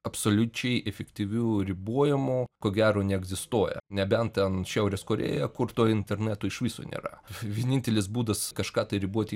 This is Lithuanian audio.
absoliučiai efektyvių ribojimų ko gero neegzistuoja nebent ten šiaurės korėja kur to interneto iš viso nėra vienintelis būdas kažką tai riboti